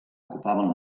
ocupaven